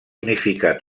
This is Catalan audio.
unificar